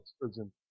prison